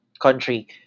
country